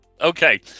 Okay